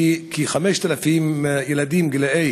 כ-5,000 ילדים גילאי